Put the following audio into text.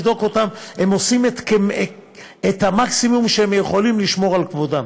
הם עושים את המקסימום שהם יכולים לשמור על כבודם.